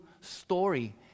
story